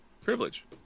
privilege